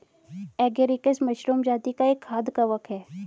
agaricus mushroom जाती का एक खाद्य कवक है